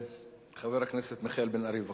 חבר הכנסת מיכאל בן-ארי, בבקשה.